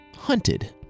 Hunted